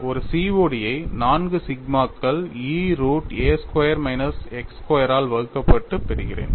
ஒரு COD ஐ 4 சிக்மாக்கள் E root a square minus x square ஆல் வகுக்கப்பட்டு பெறுகிறேன்